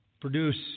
produce